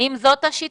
האם זו השיטה?